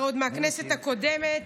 3003,